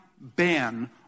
ban